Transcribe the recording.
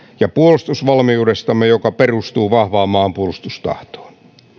ja puolustusvalmiudestamme joka perustuu vahvaan maanpuolustustahtoon